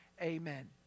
Amen